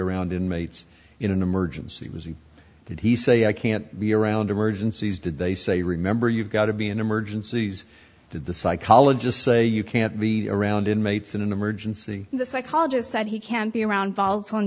around inmates in an emergency was he did he say i can't be around emergencies did they say remember you've got to be in emergencies the psychologists say you can't be around inmates in an emergency the psychologist said he can be around